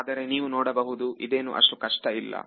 ಆದರೆ ನೀವು ನೋಡಬಹುದು ಇದೇನು ಅಷ್ಟು ಕಷ್ಟ ಇಲ್ಲ